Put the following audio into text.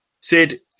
Sid